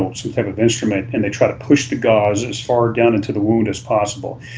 um some kind of instrument and they try to push the gauze as far down into the wound as possible.